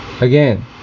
Again